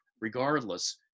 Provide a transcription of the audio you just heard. regardless